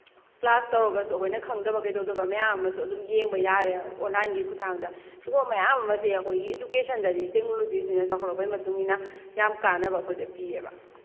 class ꯇꯧꯔꯒꯁꯨꯨ ꯑꯩꯈꯣꯏꯅ ꯈꯪꯗꯕ ꯀꯩꯗꯧꯗꯕ ꯃꯌꯥꯝ ꯑꯃꯁꯨ ꯑꯗꯨꯝ ꯌꯦꯡꯕ ꯌꯥꯔꯦ ꯑꯣꯟꯂꯥꯏꯟꯒꯤ ꯈꯨꯊꯥꯡꯗ ꯁꯤꯒꯨꯝꯕ ꯃꯌꯥꯝ ꯑꯃꯁꯦ ꯑꯩꯈꯣꯏꯒꯤ ꯏꯗꯨꯀꯦꯁꯟꯗꯗꯤ ꯇꯦꯛꯅꯣꯂꯣꯖꯤꯁꯤꯅ ꯆꯥꯎꯈꯠꯂꯛꯄꯒꯤ ꯃꯇꯨꯡꯏꯟꯅ ꯌꯥꯝ ꯀꯥꯅꯕ ꯑꯩꯈꯣꯏꯗ ꯄꯤꯑꯦꯕ